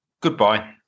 goodbye